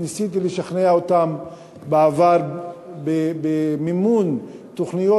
ניסיתי לשכנע אותם בעבר במימון תוכניות.